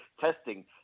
testing